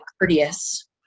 courteous